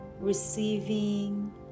receiving